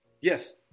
Yes